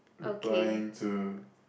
replying to